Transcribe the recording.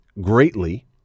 greatly